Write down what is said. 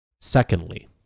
Secondly